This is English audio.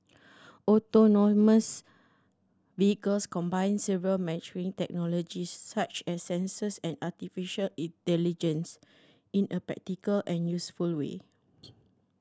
autonomous vehicles combine several maturing technologies such as sensors and artificial intelligence in a practical and useful way